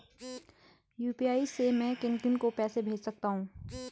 UPI से मैं किन किन को पैसे भेज सकता हूँ?